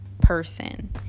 person